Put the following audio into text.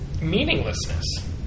meaninglessness